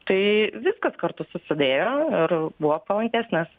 tai viskas kartu susidėjo ir buvo palankesnės